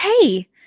Hey